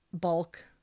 bulk